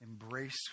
embrace